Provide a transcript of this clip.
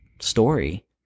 story